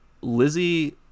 Lizzie